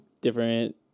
different